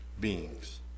beings